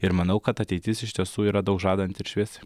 ir manau kad ateitis iš tiesų yra daug žadanti ir šviesi